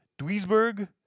Duisburg